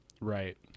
right